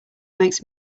makes